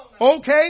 Okay